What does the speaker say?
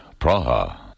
Praha